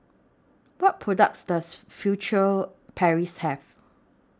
What products Does Furtere Paris Have